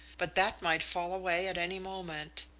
but that might fall away at any moment.